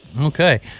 Okay